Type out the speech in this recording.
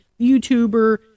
YouTuber